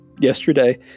yesterday